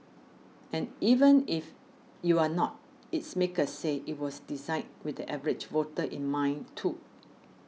and even if you are not its makers say it was designed with the average voter in mind too